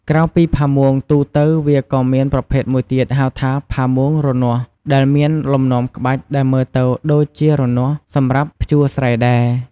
ក្រៅពីផាមួងទូទៅ វាក៏មានប្រភេទមួយទៀតហៅថា ផាមួងរនាស់ ដែលមានលំនាំក្បាច់ដែលមើលទៅដូចជា រនាស់ សម្រាប់ភ្ជួរស្រែដែរ។